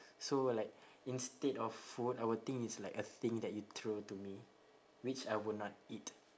so like instead of food I will think it's like a thing that you throw to me which I would not eat